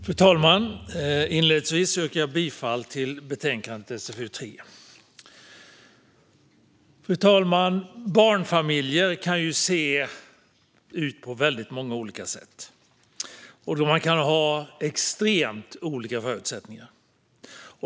Fru talman! Inledningsvis yrkar jag bifall till förslaget i betänkande SfU3. Fru talman! Barnfamiljer kan se ut på väldigt många olika sätt, och de kan ha extremt olika förutsättningar.